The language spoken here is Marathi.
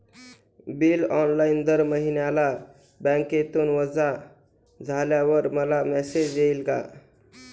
बिल ऑनलाइन दर महिन्याला बँकेतून वजा झाल्यावर मला मेसेज येईल का?